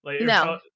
No